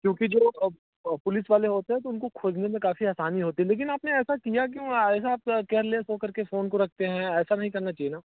क्योंकि जो पुलिस वाले होते हैं तो उनको खोजने में काफ़ी आसानी होती है लेकिन आपने ऐसा किया क्यों ऐसा केयरलेस हो कर के फ़ोन को रखते हैं ऐसा नहीं करना चाहिए न